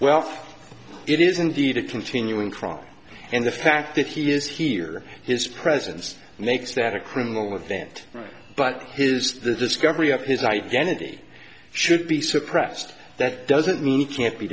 it is indeed a continuing crime and the fact that he is here his presence makes that a criminal event but his the discovery of his identity should be suppressed that doesn't mean he can't be